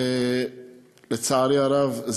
לצערי הרב,